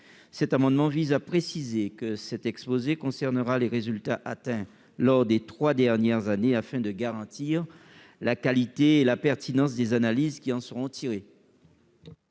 Cet amendement vise à préciser que cet exposé concernera les résultats atteints lors des trois dernières années, afin de garantir la qualité et la pertinence des analyses qui en seront tirées.